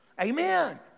Amen